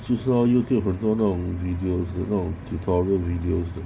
据说 youtube 很多那种 videos 那种 tutorial videos 的